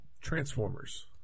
Transformers